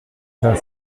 cinq